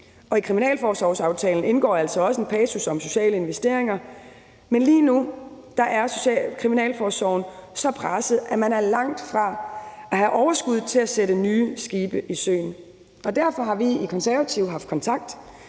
I kriminalforsorgsaftalen indgår altså også en passus om sociale investeringer, men lige nu er kriminalforsorgen så presset, at man er langt fra at have overskud til at sætte nye skibe i søen. Derfor har vi i Konservative haft kontakt